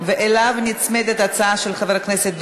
להצעתו